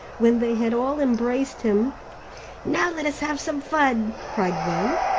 when they had all embraced him now let us have some fun, cried one,